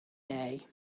day